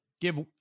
give